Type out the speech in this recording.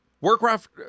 Warcraft